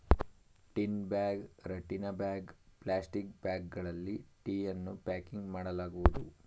tin bag, ರಟ್ಟಿನ bag, plastic ಬ್ಯಾಗ್ಗಳಲ್ಲಿ ಟೀಯನ್ನು ಪ್ಯಾಕಿಂಗ್ ಮಾಡಲಾಗುವುದು